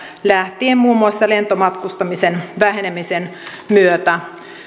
lähtien muun muassa lentomatkustamisen vähenemisen myötä